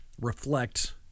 reflect